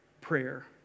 prayer